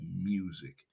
music